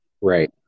Right